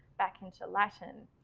back into latin.